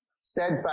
steadfast